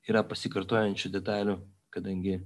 yra pasikartojančių detalių kadangi